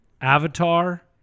Avatar